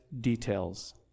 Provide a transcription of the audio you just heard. details